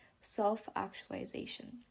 self-actualization